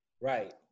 Right